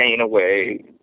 away